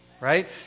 right